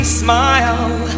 smile